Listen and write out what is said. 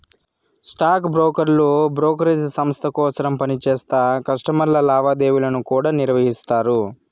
stock బ్రోకర్లు brokerage సంస్త కోసరం పనిచేస్తా కస్టమర్ల లావాదేవీలను కూడా నిర్వహిస్తారు